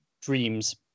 dreams